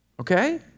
Okay